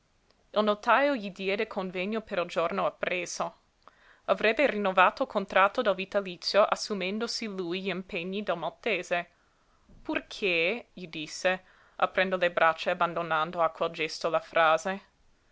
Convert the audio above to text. il notajo gli diede convegno per il giorno appresso avrebbe rinnovato il contratto del vitalizio assumendosi lui gl'impegni del maltese purché gli disse aprendo le braccia e abbandonando a quel gesto la frase